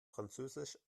französisch